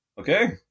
Okay